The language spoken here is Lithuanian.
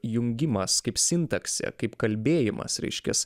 jungimas kaip sintaksė kaip kalbėjimas reiškias